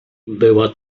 była